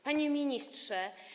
Panie Ministrze!